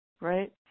right